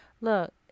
look